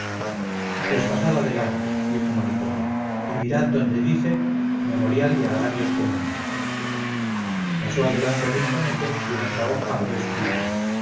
pues pasad adelante dijo monipodio y mirad donde dice memorial de agravios comunes pasó adelante rinconete y en otra hoja halló escrito